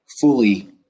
fully